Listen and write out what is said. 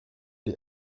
lès